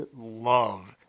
love